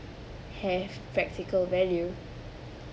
have practical value